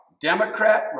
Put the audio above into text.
Democrat